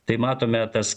tai matome tas